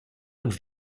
und